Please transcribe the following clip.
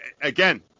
again